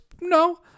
No